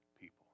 people